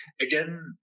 again